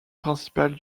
principal